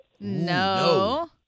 No